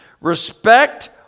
Respect